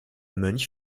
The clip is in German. mönch